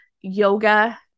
yoga